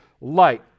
light